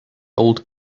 old